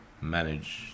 manage